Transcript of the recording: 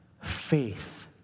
faith